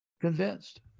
Convinced